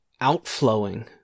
outflowing